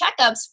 checkups